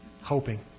hoping